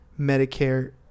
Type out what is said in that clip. Medicare